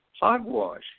hogwash